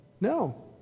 No